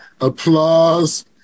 applause